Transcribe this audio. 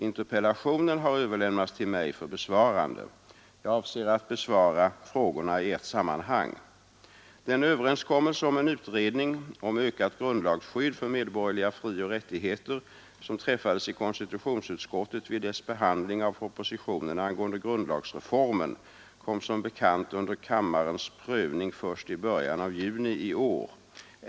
Interpellationen har överlämnats till mig för besvarande. Jag avser att besvara frågorna i ett sammanhang. Den överenskommelse om en utredning om ökat grundlagsskydd för medborgerliga frioch rättigheter som träffades i konstitutionsutskottet vid dess behandling av propositionen angående grundlagsreformen kom som bekant under kammarens prövning först i början av juni i år.